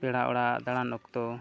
ᱯᱮᱲᱟ ᱚᱲᱟᱜ ᱫᱟᱬᱟᱱ ᱚᱠᱛᱚ